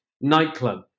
nightclub